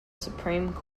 supreme